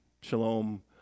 Shalom